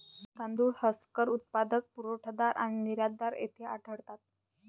तांदूळ हस्कर उत्पादक, पुरवठादार आणि निर्यातदार येथे आढळतात